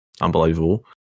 Unbelievable